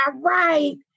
right